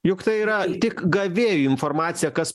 juk tai yra tik gavėjui informacija kas